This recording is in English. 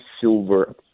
silver